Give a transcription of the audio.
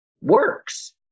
works